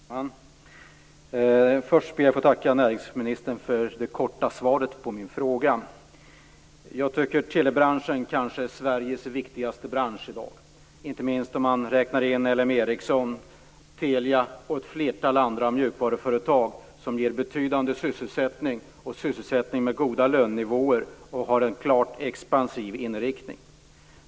Fru talman! Först ber jag att få tacka näringsministern för det korta svaret på min interpellation. Telebranschen är kanske Sveriges viktigaste bransch i dag, inte minst om man tar med Ericsson, Telia och ett flertal andra mjukvaruföretag som ger betydande sysselsättning med goda lönenivåer och som har en klart expansiv inriktning.